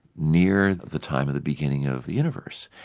near the the time of the beginning of the universe.